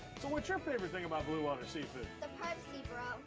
so what's your favorite thing about blue water seafood? the privacy, bro